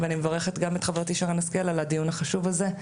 ואני מברכת גם את חברתי שרן השכל על הדיון החשוב הזה.